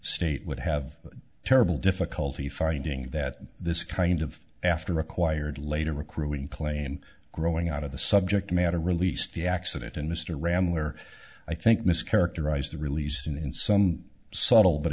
state would have terrible difficulty finding that this kind of after required later recruiting claim growing out of the subject matter released the accident and mr rambler i think mischaracterized the release and in some subtle but